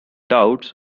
doubts